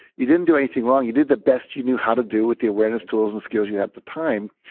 you didn't do anything wrong. you did the best you knew how to do with the awareness tools and skills you had at the time.